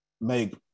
make